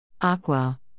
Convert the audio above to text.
Aqua